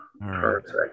perfect